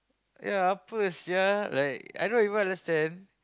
yeah apa sia I don't even understand